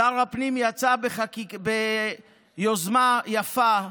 שר הפנים יצא ביוזמה יפה: